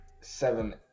seven